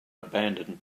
abandoned